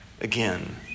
Again